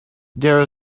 there